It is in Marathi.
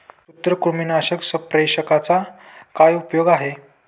सूत्रकृमीनाशक सस्पेंशनचा काय उपयोग आहे?